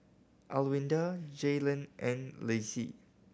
Alwilda Jaylen and Lacie